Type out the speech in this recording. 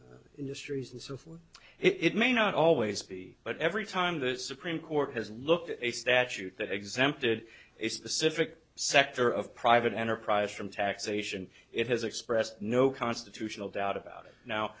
energy industries and so it may not always be but every time the supreme court has looked at a statute that exempted a specific sector of private enterprise from taxation it has expressed no constitutional doubt about it now